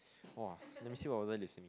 !wah! let me see order the same